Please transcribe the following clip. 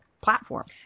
platform